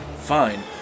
fine